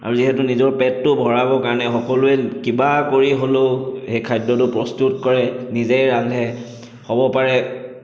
আৰু যিহেতু নিজৰ পেটটো ভৰাবৰ কাৰণে সকলোৱে কিবা কৰি হ'লেও সেই খাদ্যটো প্ৰস্তুত কৰে নিজেই ৰান্ধে হ'ব পাৰে